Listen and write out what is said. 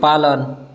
पालन